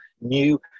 new